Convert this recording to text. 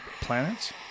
planets